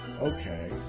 okay